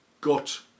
got